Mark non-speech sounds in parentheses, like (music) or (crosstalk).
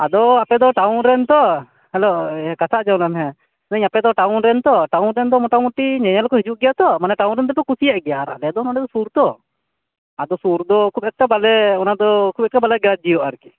ᱟᱫᱚᱻ ᱟᱯᱮ ᱫᱚ ᱴᱟᱣᱱ ᱨᱮᱱ ᱛᱚ ᱦᱮᱞᱳ ᱠᱟᱛᱷᱟ ᱟᱸᱡᱚᱢ ᱞᱮᱢ ᱦᱮᱸ (unintelligible) ᱟᱯᱮᱫᱚ ᱴᱟᱣᱩᱱ ᱨᱤᱱ ᱛᱚ ᱴᱟᱣᱩᱱ ᱨᱮᱱ ᱫᱚ ᱢᱚᱴᱟᱢᱚᱴᱤ ᱧᱮᱞᱮᱞ ᱠᱚ ᱦᱤᱡᱩᱜ ᱜᱮᱭᱟ ᱛᱚ ᱢᱟᱱᱮ ᱴᱟᱣᱩᱱ ᱨᱤᱱ ᱫᱚᱠᱚ ᱠᱩᱥᱤᱭᱟᱜ ᱜᱮᱭᱟ ᱟᱞᱮᱫᱚ ᱱᱚᱰᱮ ᱫᱚ ᱥᱩᱨ ᱛᱚ ᱟᱫᱚ ᱥᱩᱨ ᱫᱚᱠᱚ ᱵᱮᱥᱟ ᱵᱟᱞᱮ ᱚᱱᱟ ᱫᱚ ᱠᱚᱭᱠᱚ ᱵᱟᱞᱮ ᱜᱨᱟᱡᱽᱡᱚᱣᱟᱜᱼᱟ ᱟᱨᱠᱤ